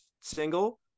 single